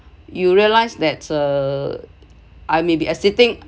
you realised that uh I may be exiting